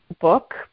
book